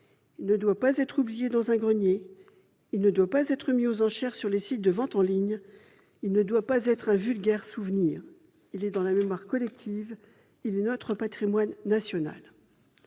Il ne doit pas être oublié dans un grenier ; il ne doit pas être mis aux enchères sur les sites de vente en ligne ; il ne doit pas être un vulgaire souvenir. Il est dans la mémoire collective ; il est notre patrimoine national